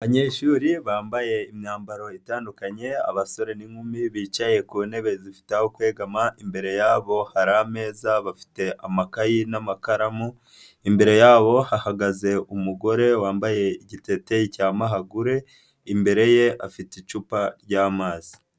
Abanyeshuri bambaye imyambaro itandukanye, abasore n'inkumi bicaye ku ntebe zifite ahokwegama, imbere yabo hari ameza, bafite amakayi n'amakaramu, imbere yabo hahagaze umugore wambaye igiteteyi cya mahagure, imbere ye afite icupa ry'amazi.